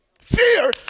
Fear